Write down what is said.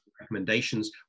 recommendations